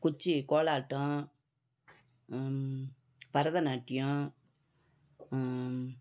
குச்சி கோலாட்டம் பரதநாட்டியம்